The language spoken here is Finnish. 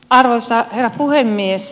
arvoisa herra puhemies